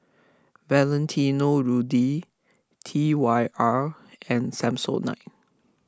Valentino Rudy T Y R and Samsonite